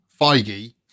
Feige